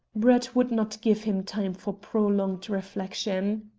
brett would not give him time for prolonged reflection.